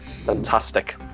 Fantastic